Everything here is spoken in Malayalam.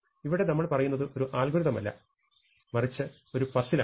ഇവിടെ നമ്മൾ പറയുന്നത് ഒരു അൽഗോരിതമല്ല മരിച്ച ഒരു പസിലാണ്